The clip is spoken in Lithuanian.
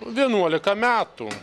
vienuolika metų